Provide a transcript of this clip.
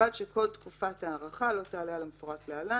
"ובלבד שכל תקופת הארכה כאמור לא תעלה על המפורט להלן: